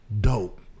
dope